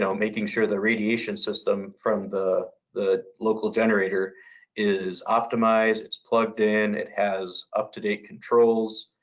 so making sure the radiation system from the the local generator is optimized. it's plugged in. it has up-to-date controls.